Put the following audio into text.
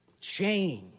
change